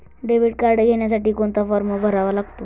Debit card घेण्यासाठी कोणता form भरावा लागतो?